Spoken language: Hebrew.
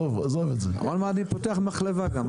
עוד מעט אני פותח מחלבה גם.